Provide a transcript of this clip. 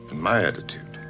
my attitude?